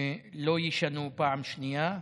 לא יישנו פעם שנייה.